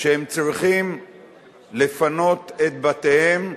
שהם צריכים לפנות את בתיהם,